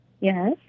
Yes